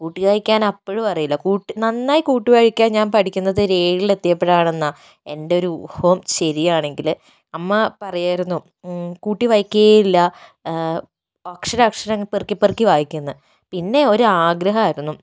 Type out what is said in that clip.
കൂട്ടി വായിക്കാൻ അപ്പോഴും അറിയില്ല കൂട്ടി നന്നായി കൂട്ടി വായിക്കാൻ ഞാൻ പഠിക്കുന്നത് ഒര് ഏഴിലെത്തിയപ്പോഴാണെന്നാണ് എൻ്റെ ഒരു ഊഹം ശരിയാണെങ്കിൽ അമ്മ പറയുമായിരുന്നു കൂട്ടി വായിക്കുകയേ ഇല്ല അക്ഷരം അക്ഷരം പെറുക്കി പെറുക്കി വായിക്കുമെന്ന് പിന്നെ ഒരാഗ്രഹമായിരുന്നു